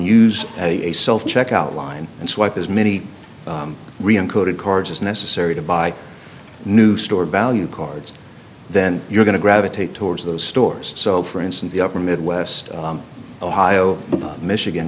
use a self checkout line and swipe as many cards as necessary to buy new store value cards then you're going to gravitate towards those stores so for instance the upper midwest ohio michigan